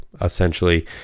essentially